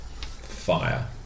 fire